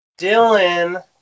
dylan